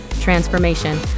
transformation